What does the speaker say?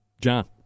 John